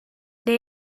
neu